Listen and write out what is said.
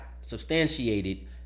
substantiated